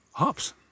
Hops